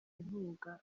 inkunga